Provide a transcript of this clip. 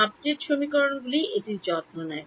update সমীকরণগুলি এটি যত্ন নেয়